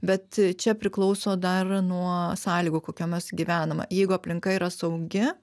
bet čia priklauso dar nuo sąlygų kokiomis gyvenama jeigu aplinka yra saugi